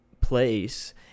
place